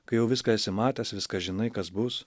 kai jau viską esi matęs viską žinai kas bus